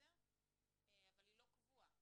אבל היא לא קבועה,